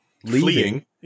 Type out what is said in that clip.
fleeing